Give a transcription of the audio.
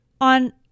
on